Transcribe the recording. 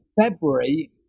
February